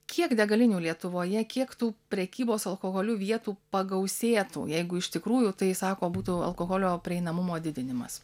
kiek degalinių lietuvoje kiek tų prekybos alkoholiu vietų pagausėtų jeigu iš tikrųjų tai sako būtų alkoholio prieinamumo didinimas